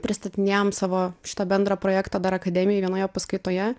pristatinėjom savo šitą bendrą projektą dar akademijoj vienoje paskaitoje